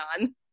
on